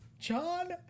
John